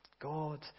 God